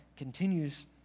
continues